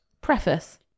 Preface